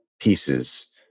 pieces